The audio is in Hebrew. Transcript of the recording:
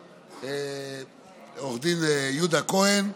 עו"ד יהודה כהן,